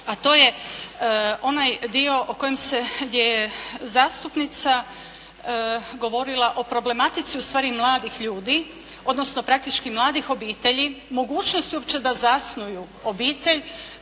a to je onaj dio o kojem se, gdje je zastupnica govorila o problematici ustvari mladih ljudi, odnosno praktički mladih obitelji, mogućnost uopće da zasnuju obitelj